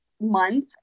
month